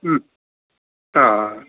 अँ